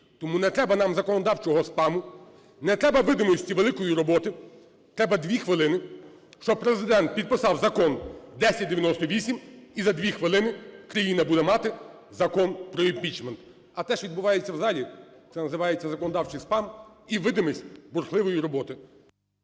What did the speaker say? Тому не треба нам законодавчого спаму, не треба видимості великої роботи, треба дві хвилини, щоб Президент підписав закон 1098, і за дві хвилини країна буде мати Закон про імпічмент. А те, що відбувається в залі, це називається законодавчий спам і видимість бурхливої роботи.